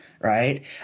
right